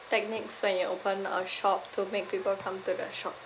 techniques when you open a shop to make people come to the shop